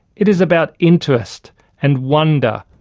it is about interest and wonder,